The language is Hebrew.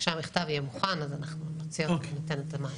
כשהמכתב יהיה מוכן נוציא אותו וניתן את המענה.